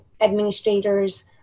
administrators